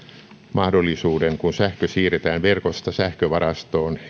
mahdollisuuden kun sähkö siirretään verkosta sähkövarastoon